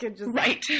right